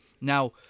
Now